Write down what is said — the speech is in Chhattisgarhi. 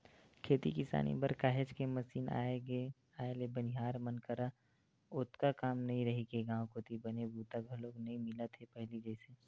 खेती किसानी बर काहेच के मसीन आए ले बनिहार मन करा ओतका काम नइ रहिगे गांव कोती बने बूता घलोक नइ मिलत हे पहिली जइसे